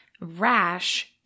rash